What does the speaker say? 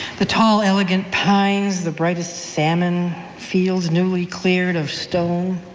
the tall elegant pines, the brightest salmon, fields newly cleared of stone?